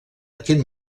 aquest